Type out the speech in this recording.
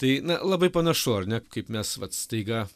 tai na labai panašu ar ne kaip mes vat staiga